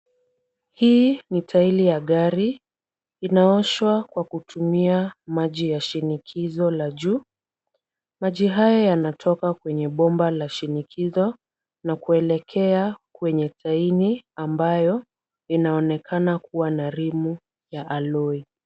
Huu ni tairi ya gari. Inaoshwa kwa kutumia maji ya shinikizo la juu. Maji haya yanatoka kwenye bomba la shinikizo na kuelekea kwenye tairi ambayo inaonekana kuwa na rimu ya alloy .